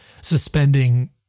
suspending